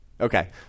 Okay